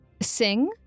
Sing